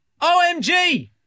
OMG